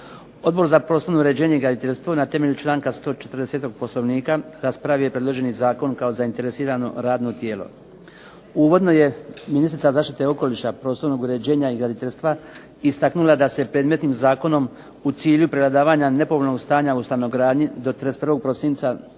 Odbor za prostorno uređenje i graditeljstvo na temelju članka 140. Poslovnika raspravio i predloženi zakon kao zainteresirano radno tijelo. Uvodno je ministrica zaštite okoliša, prostornog uređenja i graditeljstva istaknula da se predmetnim zakonom u cilju prevladavanja nepovoljnog stanja u stanogradnji do 31. prosinca